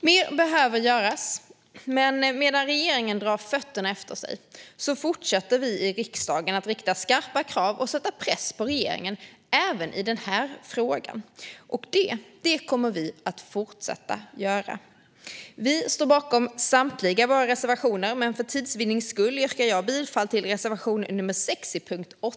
Mer behöver göras, men medan regeringen drar fötterna efter sig fortsätter vi i riksdagen att rikta skarpa krav och sätta press på regeringen även i denna fråga. Det kommer vi att fortsätta göra. Vi står bakom samtliga våra reservationer, men för tids vinnande yrkar jag bifall endast till reservation 6 under punkt 8.